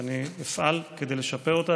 ואני אפעל כדי לשפר אותה.